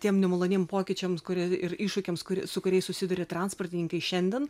tiem nemaloniem pokyčiam kurie ir iššūkiams kurie su kuriais susiduria transportininkai šiandien